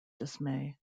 dismay